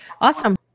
Awesome